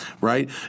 right